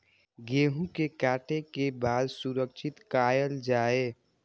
गेहूँ के काटे के बाद सुरक्षित कायल जाय?